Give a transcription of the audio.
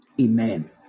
Amen